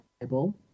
Bible